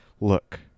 Look